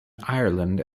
ireland